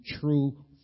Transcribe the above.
true